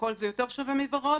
וכחול זה יותר שווה מוורוד